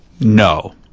No